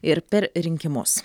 ir per rinkimus